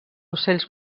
ocells